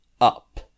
up